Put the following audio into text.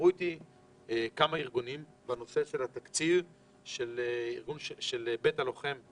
דיברו איתי כמה ארגונים על הנושא של התקציב של בית הלוחם,